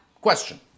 question